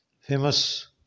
famous